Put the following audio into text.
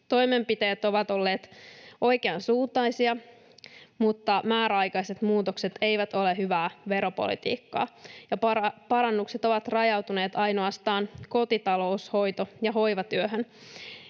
Toimenpiteet ovat olleet oikeansuuntaisia, mutta määräaikaiset muutokset eivät ole hyvää veropolitiikkaa ja parannukset ovat rajautuneet ainoastaan kotitalous-, hoito- ja hoivatyöhön,